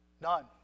none